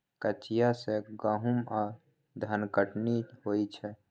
कचिया सँ गहुम आ धनकटनी होइ छै